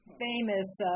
famous